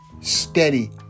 steady